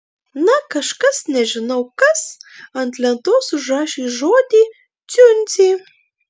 na kažkas nežinau kas ant lentos užrašė žodį dziundzė